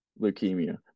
leukemia